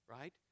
right